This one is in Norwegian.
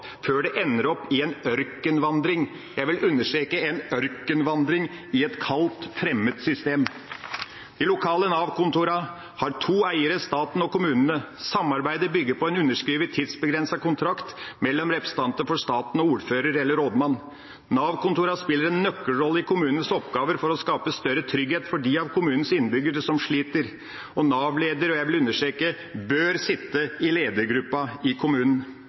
før de ender opp i en ørkenvandring. Jeg vil understreke: en ørkenvandring i et kaldt, fremmed system. De lokale Nav-kontorene har to eiere – staten og kommunen. Samarbeidet bygger på en underskrevet, tidsbegrenset kontrakt mellom representanter for staten og ordfører eller rådmann. Nav-kontorene spiller en nøkkelrolle i kommunens oppgaver for å skape større trygghet for dem av kommunens innbyggere som sliter, og Nav-lederen – det vil jeg understreke – bør sitte i ledergruppa i kommunen.